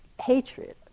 hatred